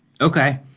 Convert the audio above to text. Okay